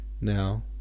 now